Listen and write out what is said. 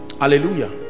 hallelujah